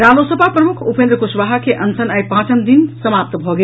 रालोसपा प्रमुख उपेंद्र कुशवाहा के अनशन आइ पाँचम दिन समाप्त भऽ गेल